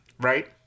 Right